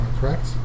correct